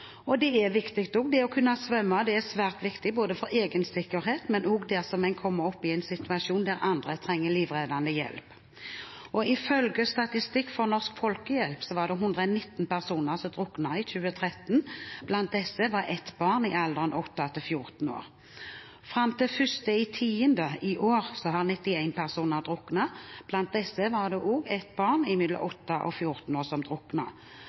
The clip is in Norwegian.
synes er svært viktig. Og det er viktig, for det å kunne svømme er svært viktig både for egen sikkerhet og hvis man kommer opp i en situasjon der andre trenger livreddende hjelp. Ifølge statistikk fra Norsk Folkehjelp var det 119 personer som druknet i 2013. Blant disse var det ett barn i alderen 8–14 år. Fram til 1. oktober i år har 91 personer druknet. Blant disse var det også ett barn mellom 8–14 år.